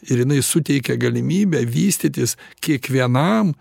ir jinai suteikia galimybę vystytis kiekvienam